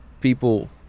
People